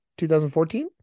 2014